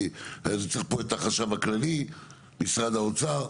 אני צריך פה את החשב הכללי, משרד האוצר.